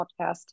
podcast